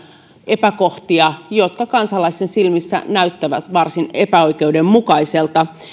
epäkohtia jotka kansalaisten silmissä näyttävät varsin epäoikeudenmukaisilta